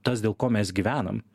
tas dėl ko mes gyvenam